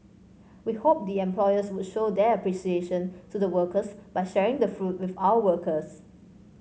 we hope the employers would show their appreciation to the workers by sharing the fruit with our workers